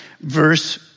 Verse